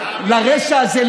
לרשע הזה,